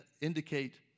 indicate